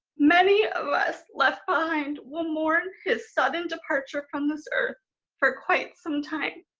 many of us left behind will mourn his sudden departure from this earth for quite some time,